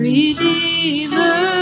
Redeemer